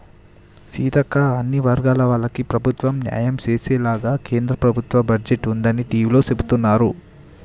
సీతక్క అన్ని వర్గాల వాళ్లకి ప్రభుత్వం న్యాయం చేసేలాగానే కేంద్ర ప్రభుత్వ బడ్జెట్ ఉందని టివీలో సెబుతున్నారు